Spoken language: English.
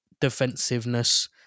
defensiveness